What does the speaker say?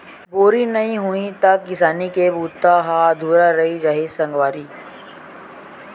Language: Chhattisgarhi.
बोरी नइ होही त किसानी के बूता ह अधुरा रहि जाही सगवारी